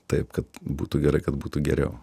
taip kad būtų gerai kad būtų geriau